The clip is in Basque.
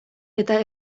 eta